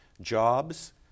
jobs